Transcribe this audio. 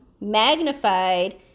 magnified